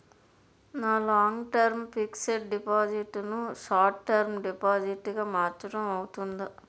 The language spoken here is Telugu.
నా లాంగ్ టర్మ్ ఫిక్సడ్ డిపాజిట్ ను షార్ట్ టర్మ్ డిపాజిట్ గా మార్చటం అవ్తుందా?